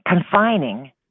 confining